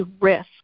risk